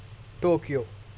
Tokyo